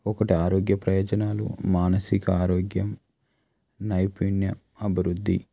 ఒకటి ఆరోగ్య ప్రయోజనాలు మానసిక ఆరోగ్యం నైపుణ్య అభివృద్ధి